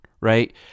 right